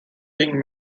being